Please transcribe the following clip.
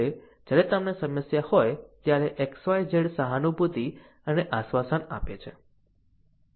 જ્યારે તમને સમસ્યા હોય ત્યારે XYZ સહાનુભૂતિ અને આશ્વાસન આપે છે